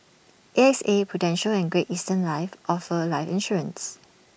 A X A prudential and great eastern offer life insurance